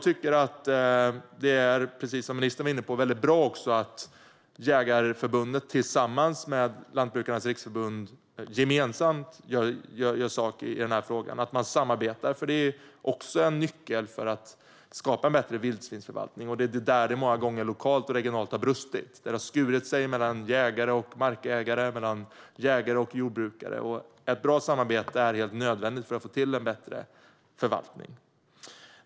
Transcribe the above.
Det är, precis som ministern var inne på, väldigt bra att Svenska Jägareförbundet tillsammans med Lantbrukarnas Riksförbund gör gemensam sak i frågan och samarbetar. Det är en nyckel för att skapa en bättre vildsvinsförvaltning. Det är där det många gånger lokalt och regionalt har brustit. Det har skurit sig mellan jägare och markägare och mellan jägare och jordbrukare. Ett bra samarbete är helt nödvändigt för att få till en bättre förvaltning.